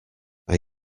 are